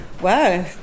Wow